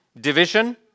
division